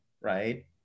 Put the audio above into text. right